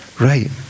right